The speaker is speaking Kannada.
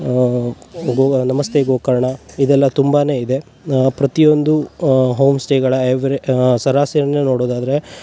ಗೋವ ನಮಸ್ತೆ ಗೋಕರ್ಣ ಇದೆಲ್ಲ ತುಂಬಾನೆ ಇದೆ ಪ್ರತಿಯೊಂದು ಹೋಮ್ ಸ್ಟೇಗಳ ಎವ್ರೆ ಸರಾಸರಿಯನ್ನ ನೋಡೋದಾದರೆ